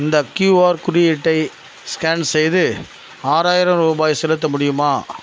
இந்த கியூஆர் குறியீட்டை ஸ்கேன் செய்து ஆறாயிரம் ரூபாய் செலுத்த முடியுமா